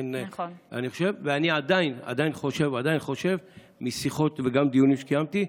אני עדיין חושב, משיחות ודיונים שקיימתי,